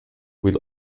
will